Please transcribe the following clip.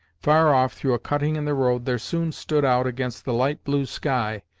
far off, through a cutting in the road, there soon stood out against the light-blue sky,